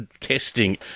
testing